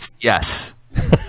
Yes